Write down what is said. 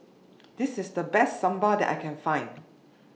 This IS The Best Sambal that I Can Find